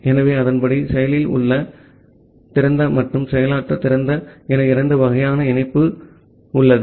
ஆகவே அதன்படி செயலில் உள்ள திறந்த மற்றும் செயலற்ற திறந்த என இரண்டு வகையான இணைப்பு உள்ளது